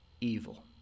evil